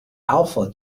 alpha